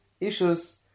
issues